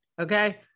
okay